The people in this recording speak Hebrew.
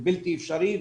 בלתי אפשרי.